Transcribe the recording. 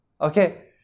okay